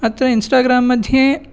अत्र इन्स्टाग्राम् मध्ये